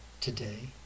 today